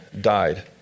died